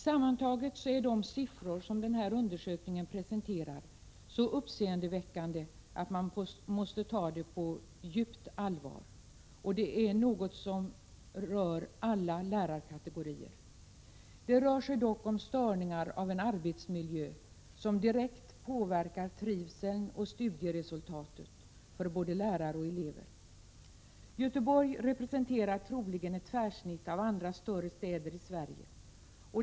Sammantaget är de siffror som presenteras i undersökningen så uppseendeväckande att man måste ta undersökningen på djupt allvar. Det rör alla lärarkategorier. Det rör sig om störningar av en arbetsmiljö som direkt påverkar trivseln och studieresultatet för både lärare och elever. Göteborg representerar troligen ett tvärsnitt av större städer i Sverige.